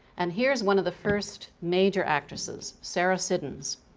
and here's one of the first major actresses, sarah siddons,